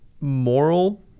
moral